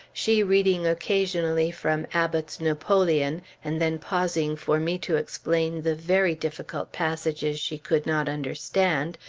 she reading occasionally from abbott's napoleon, and then pausing for me to explain the very difficult passages she could not understand,